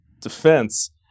defense